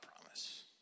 promise